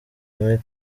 muri